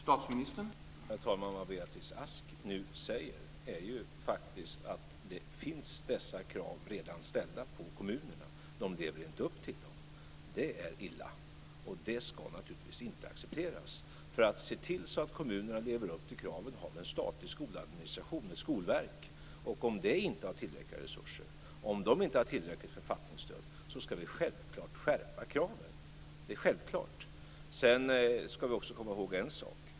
Herr talman! Dessa krav finns faktiskt redan ställda, Beatrice Ask, på kommunerna. De lever inte upp till dem. Det är illa, och det ska naturligtvis inte accepteras. För att se till att kommunerna lever upp till kraven har vi en statlig skoladministration, Skolverket. Om det inte har tillräckliga resurser och inte har tillräckligt författningsstöd ska vi självklart skärpa kraven. Sedan ska vi komma ihåg en sak.